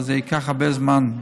אבל זה ייקח הרבה זמן.